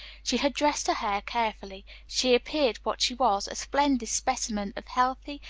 she had dressed her hair carefully she appeared what she was, a splendid specimen of healthy,